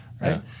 Right